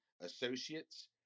associates